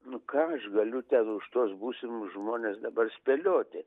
nu ką aš galiu ten už tuos būsimus žmones dabar spėlioti